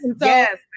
Yes